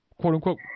quote-unquote